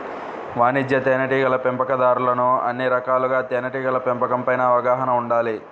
వాణిజ్య తేనెటీగల పెంపకందారులకు అన్ని రకాలుగా తేనెటీగల పెంపకం పైన అవగాహన ఉండాలి